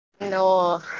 No